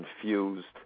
confused